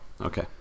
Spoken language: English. okay